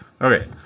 Okay